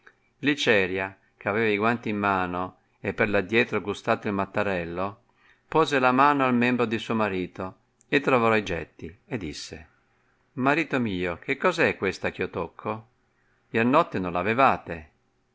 basciarla gliceria eh aveva i guanti in mano e per addietro gustato il mattarello pose la mano al membro di suo marito e trovò i getti e disse marito mio che cosa è questa eh io tocco lev notte non l'avevate